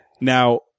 Now